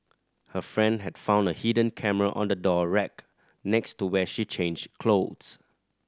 her friend had found a hidden camera on the door rack next to where she changed clothes